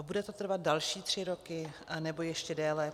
Bude to trvat další tři roky nebo ještě déle?